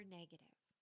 negative